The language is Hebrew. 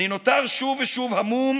אני נותר שוב ושוב המום,